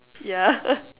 yeah